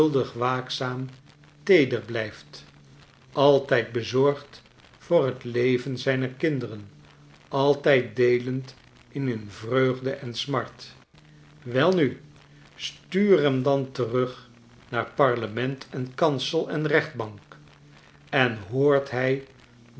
waakzaam teeder blijft altijd bezorgd voor t leven zijner kinderen altijd deelend in hun vreugd en smart welnu stuur hem dan terug naar parlement en kansel en rechtbank en hoort hij